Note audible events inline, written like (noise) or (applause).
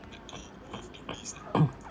(coughs)